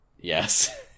Yes